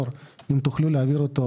גם דיברתי איתך על זה.